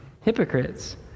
Hypocrites